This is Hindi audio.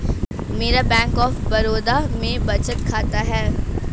मेरा बैंक ऑफ बड़ौदा में बचत खाता है